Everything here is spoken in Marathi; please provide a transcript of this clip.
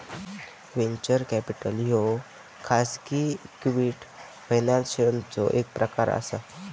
व्हेंचर कॅपिटल ह्यो खाजगी इक्विटी फायनान्सिंगचो एक प्रकार असा